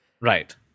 right